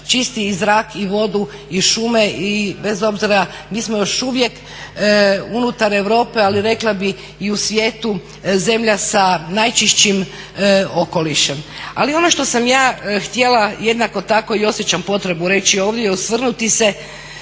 čisti zrak i vodu i šume i bez obzira mi smo još uvijek unutar Europe, ali rekla bi i u svijetu zemlja sa najčišćim okolišem. Ali ono što sam ja htjela jednako tako i osjećam potrebu reći ovdje i osvrnuti se